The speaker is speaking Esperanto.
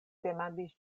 demandis